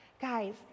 guys